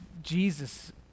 Jesus